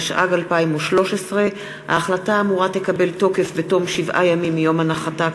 התשע"ג 2013. ההחלטה האמורה תקבל תוקף בתום שבעה ימים מיום הנחתה